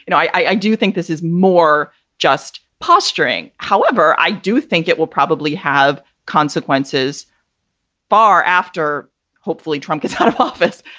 you know i do think this is more just posturing. however, i do think it will probably have consequences far after hopefully trump gets out of office.